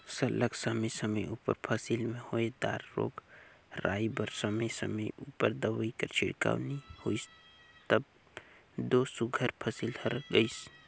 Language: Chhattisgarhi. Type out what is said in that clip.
सरलग समे समे उपर फसिल में होए दार रोग राई बर समे समे उपर दवई कर छिड़काव नी होइस तब दो सुग्घर फसिल हर गइस